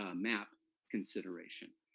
ah map consideration.